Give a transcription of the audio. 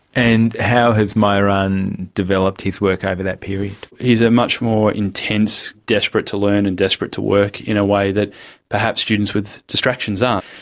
and how has myuran developed his work over that period? he is ah much more intense, desperate to learn and desperate to work in a way that perhaps students with distractions aren't.